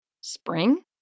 Spring